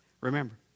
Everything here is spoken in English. Remember